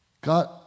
God